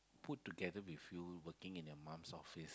put together with you working in your mum's office